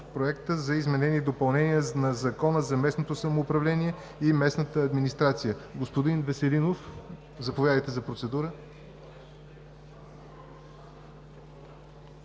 за изменение и допълнение на Закона за местното самоуправление и местната администрация. Господин Веселинов, заповядайте за процедура.